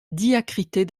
diacritée